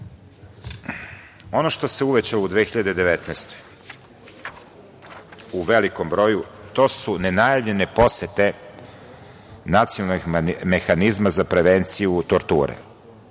što se uvećalo u 2019. godini, u velikom broju, to su nenajavljene posete nacionalnih mehanizama za prevenciju torture,